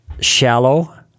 shallow